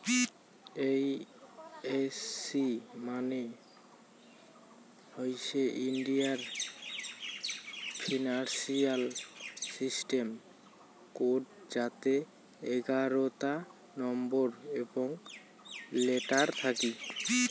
এই F C মানে হইসে ইন্ডিয়ান ফিনান্সিয়াল সিস্টেম কোড যাতে এগারোতা নম্বর এবং লেটার থাকি